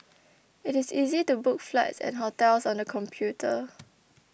it is easy to book flights and hotels on the computer